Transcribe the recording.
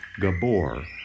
Gabor